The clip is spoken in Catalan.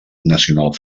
nacional